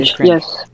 yes